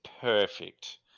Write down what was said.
perfect